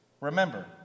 Remember